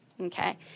okay